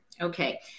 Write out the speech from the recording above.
Okay